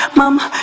mama